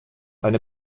eine